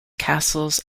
castles